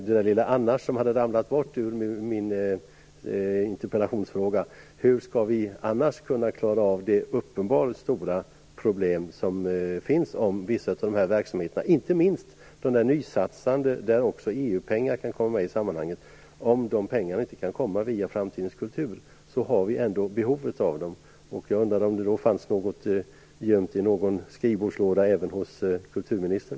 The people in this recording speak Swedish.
Det lilla ordet "annars" som hade ramlat bort ur min interpellationsfråga innebär alltså att jag undrar hur vi annars skall klara av de uppenbart stora problem som finns för vissa av verksamheterna, inte minst de nysatsande där EU-pengar kan komma med i sammanhanget. Även om pengarna inte kan komma via Framtidens kultur har vi ändå behov av dem. Jag undrar därför om det finns något gömt i någon skrivbordslåda även hos kulturministern.